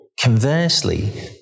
conversely